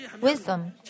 wisdom